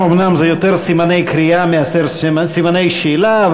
אומנם זה יותר סימני קריאה מאשר סימני שאלה,